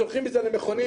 שולחים את זה למכונים